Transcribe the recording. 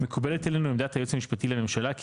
מקובלת עלינו עמדת היועץ המשפטי לממשלה כי